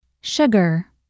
sugar